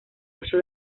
uso